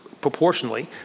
proportionally